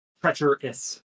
Treacherous